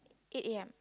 eight a_m